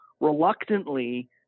reluctantly